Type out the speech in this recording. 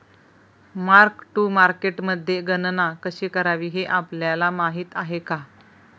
Mark to मार्केटमध्ये गणना कशी करावी हे आपल्याला माहित आहे का?